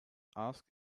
asked